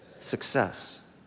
Success